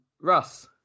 Russ